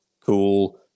Cool